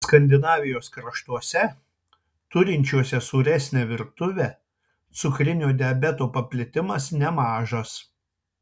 skandinavijos kraštuose turinčiuose sūresnę virtuvę cukrinio diabeto paplitimas nemažas